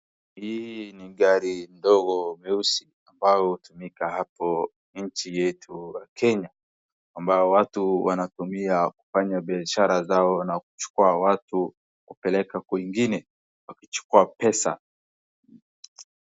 Hii ni gari ndogo nyeusi ambayo hutumika hapo nchi yetu ya Kenya, ambayo watu wanatumia kufanya biashara zao na kuchukua watu kupeleka kwingine wakichukua pesa.